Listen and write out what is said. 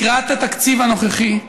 לקראת התקציב הנוכחי,